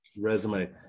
Resume